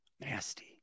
Nasty